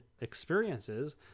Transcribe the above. experiences